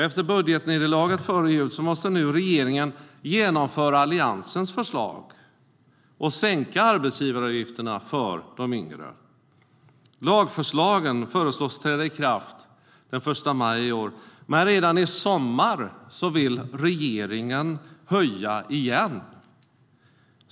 Efter budgetnederlaget före jul måste nu regeringen genomföra Alliansens förslag och sänka arbetsgivaravgifterna för de yngre. Lagförslagen föreslås träda i kraft den 1 maj i år, men redan i sommar vill regeringen höja igen.